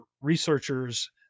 researchers